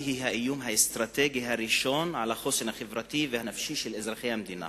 האיום האסטרטגי הראשון על החוסן החברתי והנפשי של אזרחי המדינה.